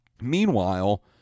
Meanwhile